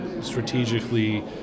strategically